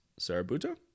Sarabuto